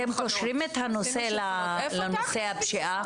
אתם קושרים את הנושא לנושא הפשיעה?